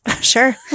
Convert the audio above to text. Sure